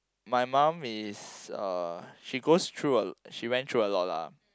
my mum is a she goes through a she went through a lot lah